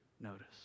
notice